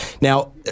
Now